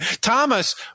Thomas